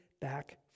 back